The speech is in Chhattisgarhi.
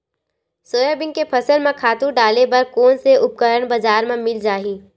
सोयाबीन के फसल म खातु डाले बर कोन से उपकरण बजार म मिल जाहि?